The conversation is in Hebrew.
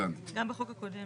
גם בחוק הקודם.